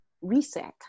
reset